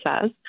says